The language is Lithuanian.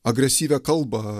agresyvią kalbą